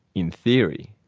in theory.